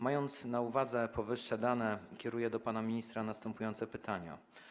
Mając na uwadze powyższe dane, kieruję do pana ministra następujące pytania.